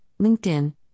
LinkedIn